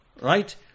right